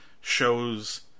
shows